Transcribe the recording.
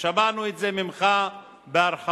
ושמענו את זה ממך בהרחבה.